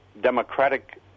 democratic